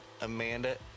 Amanda